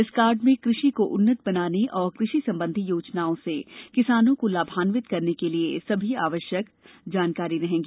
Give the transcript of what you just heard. इस कार्ड में कृषि को उन्नत बनाने और कृषि संबंधी योजनाओं से किसानों को लाभान्वित करने के लिये सभी आवश्यक जानकारी रहेगी